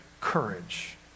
courage